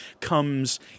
comes